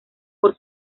por